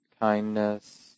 kindness